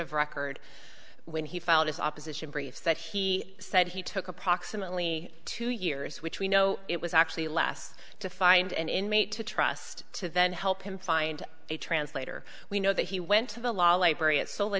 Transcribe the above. of record when he filed his opposition briefs that he said he took approximately two years which we know it was actually less to find an inmate to trust to then help him find a translator we know that he went to the law library at